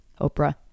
oprah